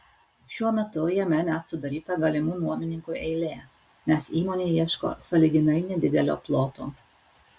šiuo metu jame net sudaryta galimų nuomininkų eilė nes įmonė ieško sąlyginai nedidelio ploto